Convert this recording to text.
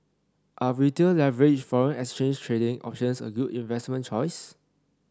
are Retail leveraged foreign exchange trading options a good investment choice